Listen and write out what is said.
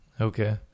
Okay